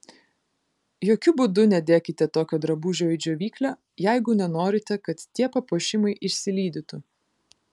jokiu būdu nedėkite tokio drabužio į džiovyklę jeigu nenorite kad tie papuošimai išsilydytų